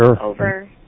Over